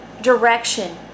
direction